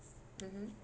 mmhmm